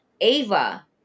Ava